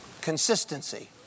Consistency